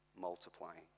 multiplying